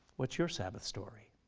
what's your sabbath story?